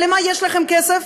אבל למה יש לכם כסף?